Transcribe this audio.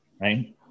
right